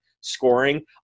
scoring